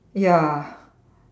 ya